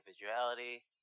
individuality